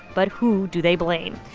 but who do they blame?